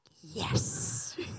yes